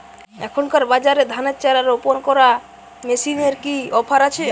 এখনকার বাজারে ধানের চারা রোপন করা মেশিনের কি অফার আছে?